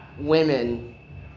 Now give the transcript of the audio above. women